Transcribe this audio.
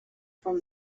from